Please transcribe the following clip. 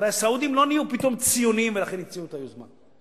הרי הסעודים לא נהיו פתאום ציונים ולכן הציעו את היוזמה.